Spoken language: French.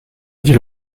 dit